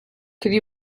could